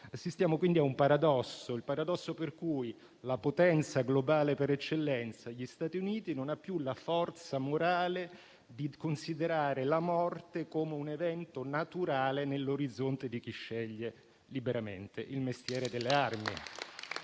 Assistiamo quindi a un paradosso, per cui la potenza globale per eccellenza, gli Stati Uniti, non ha più la forza morale di considerare la morte come un evento naturale nell'orizzonte di chi sceglie liberamente il mestiere delle armi.